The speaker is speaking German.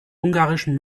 ungarischen